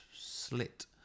slit